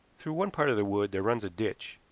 through one part of the wood there runs a ditch,